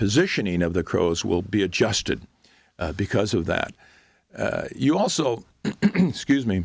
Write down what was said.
positioning of the crows will be adjusted because of that you also scuse me